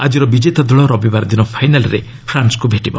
ଆଜିର ବିଜେତା ଦଳ ରବିବାର ଦିନ ଫାଇନାଲରେ ଫ୍ରାନ୍ସକୁ ଭେଟିବ